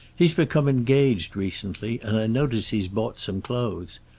he's become engaged recently, and i notice he's bought some clothes.